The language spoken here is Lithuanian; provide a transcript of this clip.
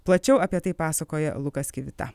plačiau apie tai pasakoja lukas kivita